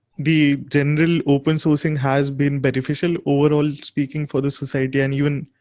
the general open sourcing has been beneficial overall speaking for the society and even,